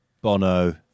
Bono